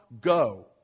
go